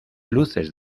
luces